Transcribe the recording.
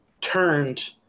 turned